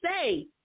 say